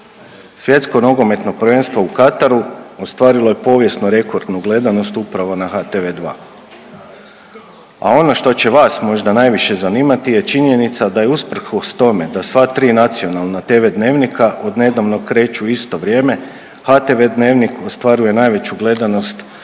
Svjetsko nogometno prvenstvo u Kataru ostvarilo je povijesno rekordu gledanost upravo na HTV2. A ono što će vas možda najviše zanimati je činjenica da je usprkos tome da sva tri nacionalna tv dnevnika od nedavno kreću u isto vrijeme, HTV dnevnik ostvaruje najveću gledanost